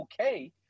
okay